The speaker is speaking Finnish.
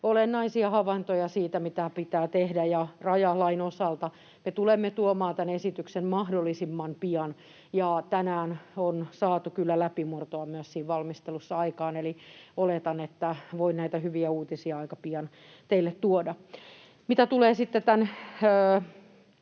olennaisia havaintoja siitä, mitä pitää tehdä. Rajalain osalta me tulemme tuomaan tämän esityksen mahdollisimman pian. Tänään on saatu kyllä läpimurtoa myös siinä valmistelussa aikaan, eli oletan, että voin näitä hyviä uutisia teille aika pian tuoda. Mitä tulee sitten tämän